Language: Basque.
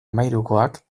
hamahirukoak